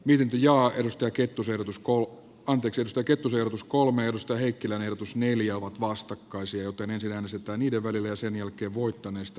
dilinjaa edustaa kettusen usko on pixystä kettusen opus kolme risto heikkilän ehdotus mieli ovat vastakkaisia joten en sinänsä tai niiden välillä sen jälkeen vuotaneesta